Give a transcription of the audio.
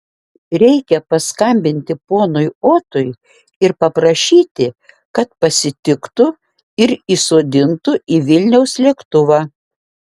reikia paskambinti ponui otui ir paprašyti kad pasitiktų ir įsodintų į vilniaus lėktuvą